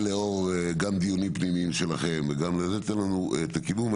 ולאור גם דיונים פנימיים שלכם, תן לנו את הכיוון.